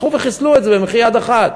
הלכו וחיסלו את זה במחי יד אחת.